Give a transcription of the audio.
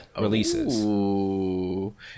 releases